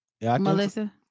Melissa